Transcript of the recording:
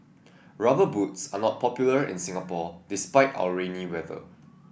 rubber boots are not popular in Singapore despite our rainy weather